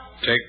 Take